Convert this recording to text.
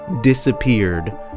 disappeared